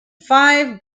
five